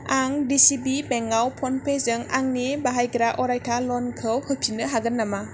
आं D C B बेंकआव फ'नपेजों आंनि बाहायग्रा अरायथा ल'नखौ होफिननो हागोन नामा